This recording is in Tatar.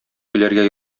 көләргә